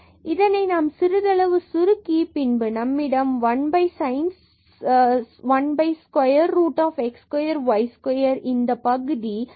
இதனை நாம் சிறிதளவு சுருக்கி பின்பு நம்மிடம் 1 square root x square y square இந்த பகுதி x x square root x square y square 2 x cos 1 square root x square y square கிடைக்கிறது